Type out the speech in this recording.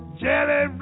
jelly